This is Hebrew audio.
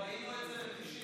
ראינו את זה ב-1994.